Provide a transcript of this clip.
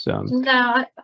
No